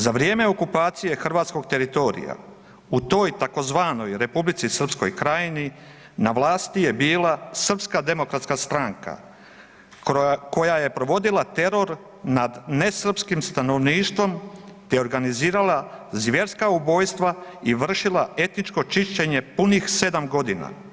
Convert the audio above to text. Za vrijeme okupacije hrvatskoj teritorija u toj tzv. Republici Srpskoj Krajini na vlasti je bila Srpska demokratska stranka koja je provodila teror nad nesrpskim stanovništvom te organizirala zvjerska ubojstva i vršila etničko čišćenje punih sedam godina.